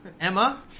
Emma